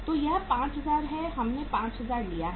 तो यह 5000 है हमने 5000 लिया है